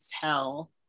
tell